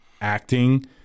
acting